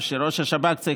שב"כ.